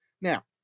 now